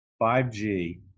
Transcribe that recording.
5G